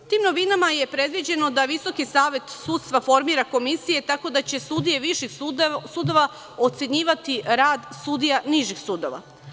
Tim novinama je predviđeno da VSS formira komisije, tako da će sudije viših sudova ocenjivati rad sudija nižih sudova.